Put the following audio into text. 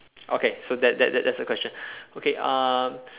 okay so that that that's the question okay um